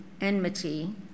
enmity